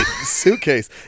suitcase